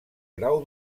grau